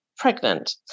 pregnant